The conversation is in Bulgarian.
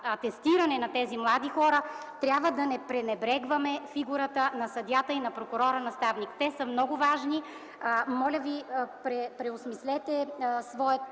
на тези млади хора, не трябва да пренебрегваме фигурата на съдията и на прокурора наставник. Те са много важни. Моля ви да преосмислите своя